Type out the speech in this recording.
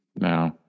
No